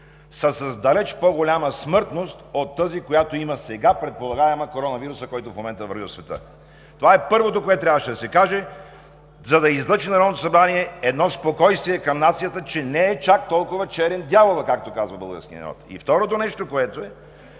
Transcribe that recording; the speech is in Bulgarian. са с далеч по-голяма смъртност от тази, която има сега предполагаемият коронавирус, който в момента върви в света. Това е първото, което трябваше да се каже, за да излъчи Народното събрание едно спокойствие към нацията – че не е чак толкова черен дяволът, както казва българският народ. Второто нещо, което беше